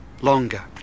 longer